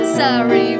Sorry